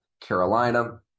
Carolina